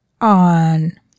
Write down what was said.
on